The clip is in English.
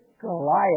Goliath